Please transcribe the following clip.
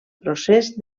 procés